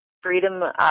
freedom